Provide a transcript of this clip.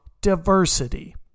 diversity